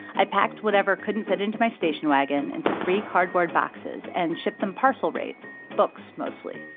i packed whatever couldn't fit into my station wagon into three cardboard boxes and shipped them parcel rate books, mostly.